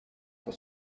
for